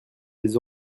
les